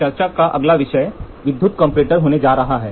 चर्चा का अगला विषय विद्युत कंपैरेटर होने जा रहा है